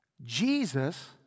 Jesus